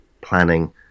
planning